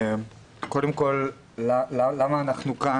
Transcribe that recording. קודם כול, למה אנחנו כאן?